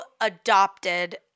adopted